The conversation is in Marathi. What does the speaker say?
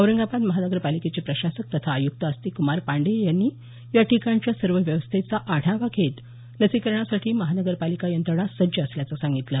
औरंगाबाद महानगरपालिकेचे प्रशासक तथा आयुक्त आस्तिक कुमार पाण्डेय यांनी या ठिकाणच्या सर्व व्यवस्थेचा आढावा घेत लसीकरणासाठी महानगरपालिका यंत्रणा सज्ज असल्याचं सांगितलं